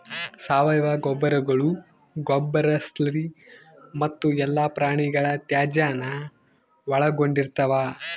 ಸಾವಯವ ಗೊಬ್ಬರಗಳು ಗೊಬ್ಬರ ಸ್ಲರಿ ಮತ್ತು ಎಲ್ಲಾ ಪ್ರಾಣಿಗಳ ತ್ಯಾಜ್ಯಾನ ಒಳಗೊಂಡಿರ್ತವ